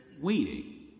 waiting